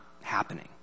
happening